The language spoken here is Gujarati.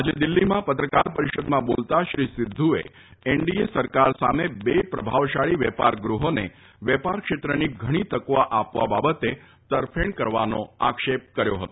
આજે દિલ્હીમાં પત્રકાર પરિષદમાં બોલતાં શ્રી સિધ્ધુએ એનડીએ સરકાર સામે બે પ્રભાવશાળી વેપાર ગૃહોને વેપાર ક્ષેત્રની ઘણી તકો આપવા બાબતે તરફેણ કરવાનો આક્ષેપ કર્યો હતો